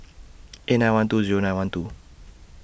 eight nine one two Zero nine one two